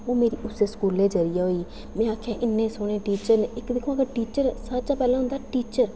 ओह् मेरी उस्सै स्कूलै जाइयै होई होई मैं आखेआ इन्ने सोह्ने टीचर न इक दिक्खो टीचर सारे शां पैह्लें होंदा टीचर